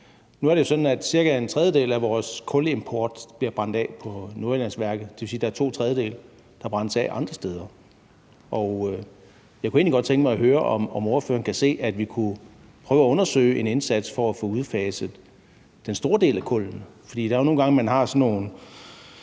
Nu er det sådan, at cirka en tredjedel af vores kulimport bliver brændt af på Nordjyllandsværket. Det vil sige, at der er to tredjedele, der brændes af andre steder. Jeg kunne egentlig godt tænke mig at høre, om ordføreren kan se for sig, at vi kunne prøve at undersøge en indsats for at få udfaset den store del af kullene.